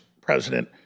president